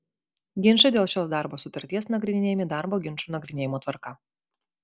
ginčai dėl šios darbo sutarties nagrinėjami darbo ginčų nagrinėjimo tvarka